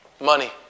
Money